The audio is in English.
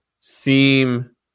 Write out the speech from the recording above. seem